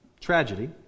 tragedy